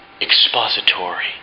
Expository